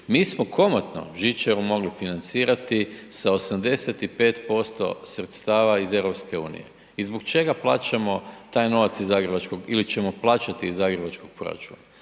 mi smo komotno žičaru mogli financirati sa 85% sredstava iz EU i zbog čega plaćamo taj novac iz zagrebačkog ili ćemo plaćati iz zagrebačkog proračuna?